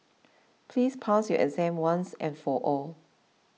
please pass your exam once and for all